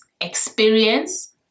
experience